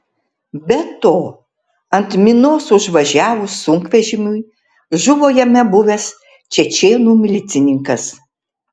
be to ant minos užvažiavus sunkvežimiui žuvo jame buvęs čečėnų milicininkas